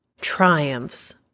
triumphs